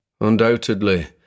Undoubtedly